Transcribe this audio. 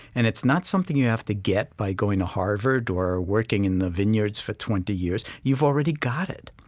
and it's not something you have to get by going to harvard or working in the vineyards for twenty years you've already got it